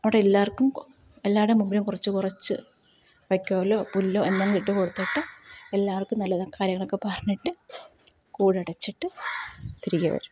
അവിടെ എല്ലാവർക്കും എല്ലാവരുടെ മുമ്പിലും കുറച്ച് കുറച്ച് വൈക്കോലോ പുല്ലോ എന്തെങ്കിലുമിട്ട് കൊടുത്തിട്ട് എല്ലാവർക്കും നല്ല കാര്യങ്ങളൊക്കെ പറഞ്ഞിട്ട് കൂടടച്ചിട്ട് തിരികെ വരും